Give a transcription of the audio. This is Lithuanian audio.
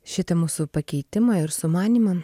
šitą mūsų pakeitimą ir sumanymą